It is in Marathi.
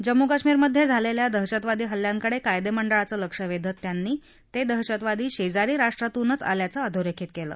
जम्मू कश्मीरमध्ये झालेल्या दहशतवादी हल्ल्यांकडे कायदेमंडळाचं लक्ष वेधत त्यांनी ते दहशतवादी शेजारी राष्ट्रातूनच आल्याचं अधोरेखित केल